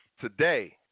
today